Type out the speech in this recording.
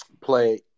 play